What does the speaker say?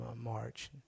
March